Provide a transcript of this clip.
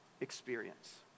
experience